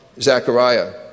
Zechariah